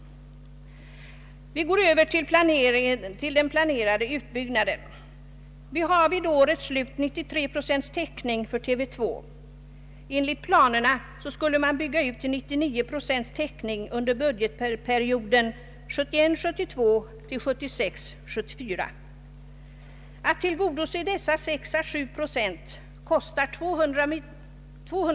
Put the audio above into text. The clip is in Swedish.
Jag går över till den planerade utbyggnaden. Vi har vid årets slut 93 procents täckning för TV 2. Enligt planerna skulle man bygga ut till 99 procents täckning under perioden 1971 74. Det kostar 231,1 miljoner kronor att tillgodose dessa 6 å 7 procent.